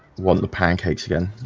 one of the pancakes again.